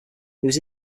was